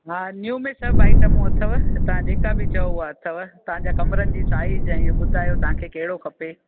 हा न्यू में सभु आइटमूं अथव तव्हां जेका बि चयो उहा अथव तव्हांजा कमरनि जी साइज ऐं इहो ॿुधायो तव्हांखे कहिड़ो खपे